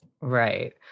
Right